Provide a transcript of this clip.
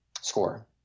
score